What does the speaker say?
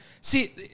See